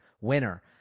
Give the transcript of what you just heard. winner